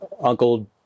uncle